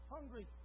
Hungry